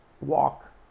walk